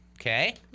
okay